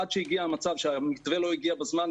עד שהגיע המצב שהמתווה לא הגיע בזמן,